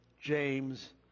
James